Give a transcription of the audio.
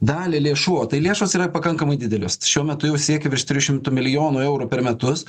dalį lėšų o tai lėšos yra pakankamai didelės šiuo metu jau siekia virš trijų šimtų milijonų eurų per metus